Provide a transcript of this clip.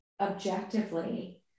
objectively